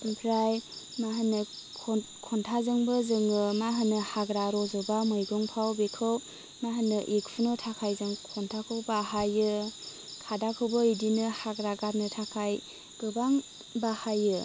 आमफ्राइ मा होनो खन खन्टाजोंबो जोङो मा होनो हाग्रा रज'बा मैगंफ्राव बेखौ मा होनो एखुनो थाखाय जों खन्टाखौ बाहायो खादाखौबो इदिनो हाग्रा गारनो थाखाय गोबां बाहायो